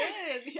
Good